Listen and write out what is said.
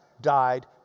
died